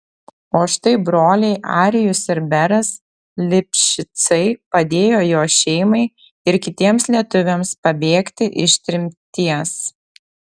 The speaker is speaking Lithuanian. o štai broliai arijus ir beras lipšicai padėjo jo šeimai ir kitiems lietuviams pabėgti iš tremties